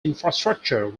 infrastructure